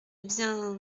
bien